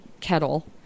kettle